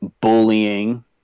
bullying